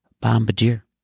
bombardier